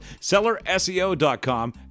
sellerseo.com